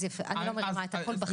אני לא מרימה את הקול.